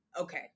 Okay